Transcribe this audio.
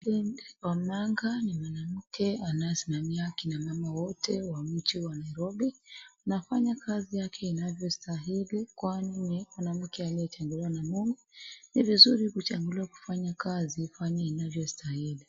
Milicent Omanga ni mwanamke anayesimamia kinamama wote wa mji wa Nairobi. Anafanya kazi yake inavyostahili kwani mwanamke aliyetembelewa na Mungu. Ni vizuri ukichaguliwa kufanya kazi ufanye inavyostahili.